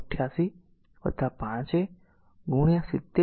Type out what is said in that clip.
70a વડે ભાગવામાં આવે તો તે ખરેખર 22